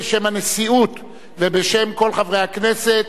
בשם הנשיאות ובשם כל חברי הכנסת,